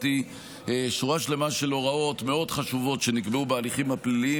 שורה שלמה של הוראות מאוד חשובות שנקבעו בהליכים הפליליים,